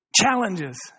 challenges